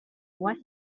what